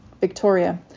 Victoria